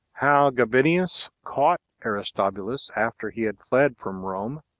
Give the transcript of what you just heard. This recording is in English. how gabinius caught aristobulus after he had fled from rome,